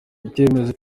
icyemezo